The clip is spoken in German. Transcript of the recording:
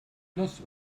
plus